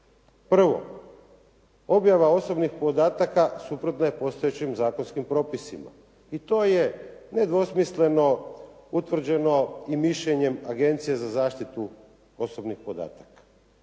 Prvo, objava osobnih podataka suprotna je postojećim zakonskim propisima. I to je nedvosmisleno utvrđeno i mišljenjem Agencije za zaštitu osobnih podataka.